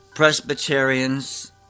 Presbyterians